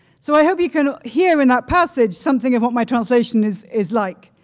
so i hope you can hear in that passage something of what my translation is is like.